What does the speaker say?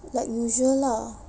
like usual lah